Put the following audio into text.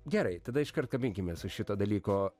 gerai tada iškart kabinkimės už šito dalyko